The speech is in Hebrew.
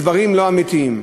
בדברים לא אמיתיים.